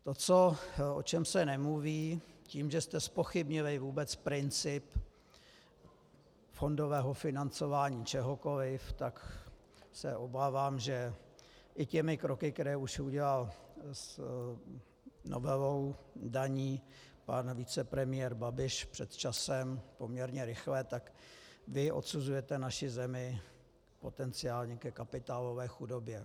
To, o čem se nemluví, tím, že jste zpochybnili vůbec princip fondového financování čehokoliv, tak se obávám, že i těmi kroky, které už udělal novelou daní pan vicepremiér Babiš před časem poměrně rychle, tak vy odsuzujete naši zemi potenciálně ke kapitálové chudobě.